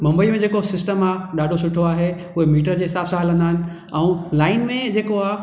मुंबईअ में जेको सिस्टम आहे ॾाढो सुठो आहे उहे मीटर जे हिसाब सां हलंदा आहिनि ऐं लाइन में जेको आहे